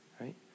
right